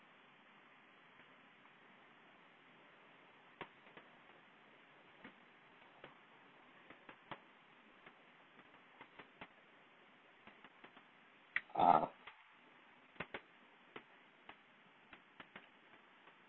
ah